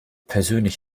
persönlich